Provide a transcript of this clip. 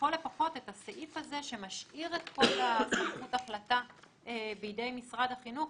לכל הפחות את הסעיף הזה שמשאיר את כל סמכות ההחלטה בידי משרד החינוך,